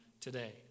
today